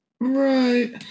Right